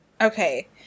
Okay